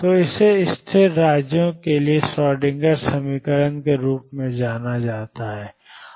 तो इसे स्थिर राज्यों के लिए श्रोडिंगर समीकरण के रूप में जाना जाता है